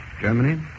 Germany